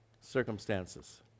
circumstances